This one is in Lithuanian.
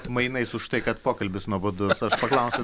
mainais už tai kad pokalbis nuobodus aš paklausiu